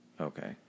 Okay